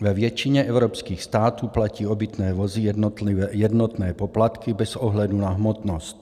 Ve většině evropských států platí obytné vozy jednotné poplatky bez ohledu na hmotnost.